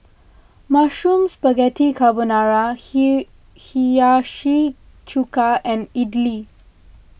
Mushroom Spaghetti Carbonara He Hiyashi Chuka and Idili